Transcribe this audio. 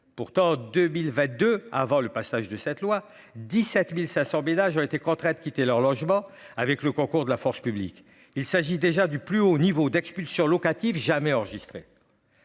pourtant 2000 va de avant le passage de cette loi, 17.500 ménages ont été contraintes quitter leur logement, avec le concours de la force publique. Il s'agit déjà du plus haut niveau d'expulsions locatives jamais enregistré.